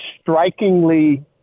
strikingly